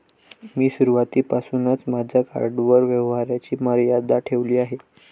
मी सुरुवातीपासूनच माझ्या कार्डवर व्यवहाराची मर्यादा ठेवली आहे